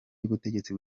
y’ubutegetsi